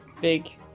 big